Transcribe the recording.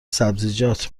سبزیجات